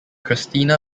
christina